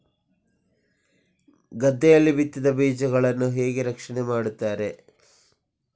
ಗದ್ದೆಯಲ್ಲಿ ಬಿತ್ತಿದ ಬೀಜಗಳನ್ನು ಹೇಗೆ ರಕ್ಷಣೆ ಮಾಡುತ್ತಾರೆ?